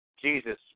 Jesus